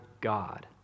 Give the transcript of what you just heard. God